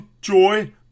joy